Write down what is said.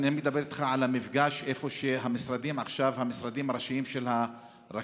אני מדבר איתך על המפגש איפה שעכשיו המשרדים הראשיים של הרכבת,